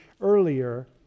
earlier